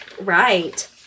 Right